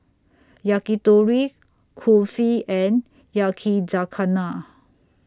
Yakitori Kulfi and Yakizakana